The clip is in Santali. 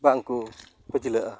ᱵᱟᱝᱠᱚ ᱯᱟᱹᱪᱞᱟᱹᱜᱼᱟ